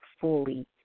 fully